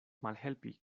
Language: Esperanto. malhelpi